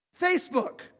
Facebook